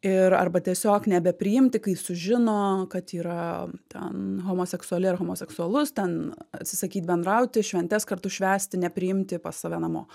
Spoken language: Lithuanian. ir arba tiesiog nebepriimti kai sužino kad yra ten homoseksuali ar homoseksualus ten atsisakyt bendrauti šventes kartu švęsti nepriimti pas save namo